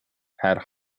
had